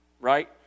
right